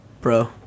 bro